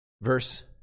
Verse